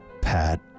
Pat